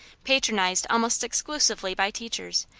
patronized almost exclusively by teachers,